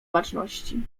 baczności